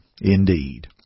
indeed